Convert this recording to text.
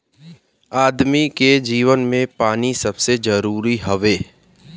आदमी के जीवन मे पानी सबसे जरूरी हौ